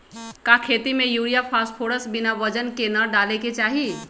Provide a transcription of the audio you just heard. का खेती में यूरिया फास्फोरस बिना वजन के न डाले के चाहि?